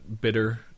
bitter